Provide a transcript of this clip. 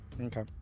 Okay